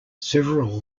several